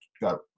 got